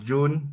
June